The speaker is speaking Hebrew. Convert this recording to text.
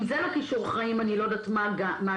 אם זה לא כישורי חיים, אני לא יודעת מה כן.